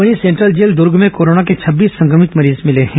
वहीं central jail Durg में corona के छब्बीस संक्रमित मरीज मिल हैं